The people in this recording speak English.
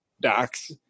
docs